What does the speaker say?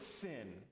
sin